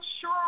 sure